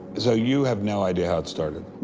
so you have no idea how it started?